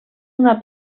una